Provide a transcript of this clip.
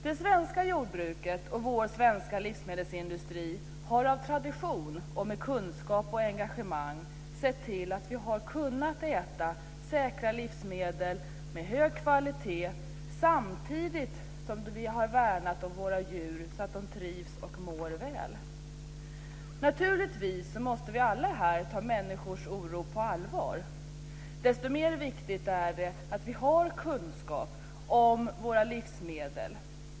Det svenska jordbruket och vår svenska livsmedelsindustri har av tradition och med kunskap och engagemang sett till att vi har kunnat äta säkra livsmedel med hög kvalitet samtidigt som vi har värnat om våra djur så att de trivs och mår väl. Naturligtvis måste vi alla ta människors oro på allvar. Desto viktigare är det att vi har kunskap om våra livsmedel.